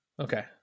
okay